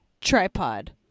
Tripod